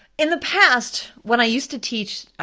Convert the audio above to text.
in the past, when i used to teach,